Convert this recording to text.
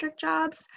jobs